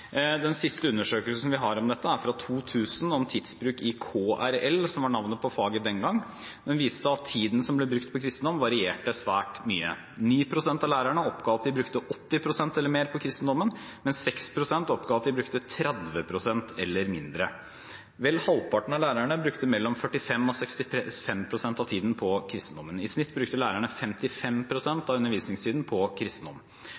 Den siste undersøkelsen vi har om dette, og som er fra 2000 – om tidsbruk i KRL, som var navnet på faget den gang – viste at tiden som ble brukt på kristendom, varierte svært mye. 9 pst. av lærerne oppga at de brukte 80 pst. eller mer på kristendom, mens 6 pst. oppga at de brukte 30 pst. eller mindre. Vel halvparten av lærerne brukte mellom 45 og 65 pst. av tiden på kristendom. I snitt brukte lærerne